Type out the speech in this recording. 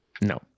No